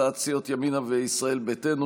הצעת סיעות ימינה וישראל ביתנו,